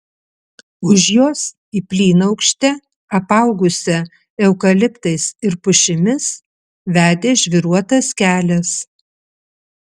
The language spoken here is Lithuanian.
už jos į plynaukštę apaugusią eukaliptais ir pušimis vedė žvyruotas kelias